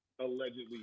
Allegedly